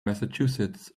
massachusetts